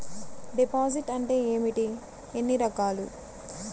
Deposit అంటే ఏమిటీ ఎన్ని రకాలు?